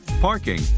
parking